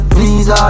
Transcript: Please